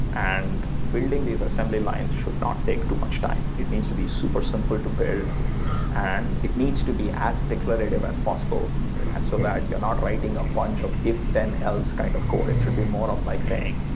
and building these assembly lines should not take too much time. it needs to be super simple to build and it needs to be as declarative as possible and so that you're not writing a bunch of if, then, else kind of code. it should be more of like saying,